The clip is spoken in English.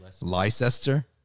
Leicester